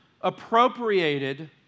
appropriated